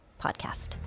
podcast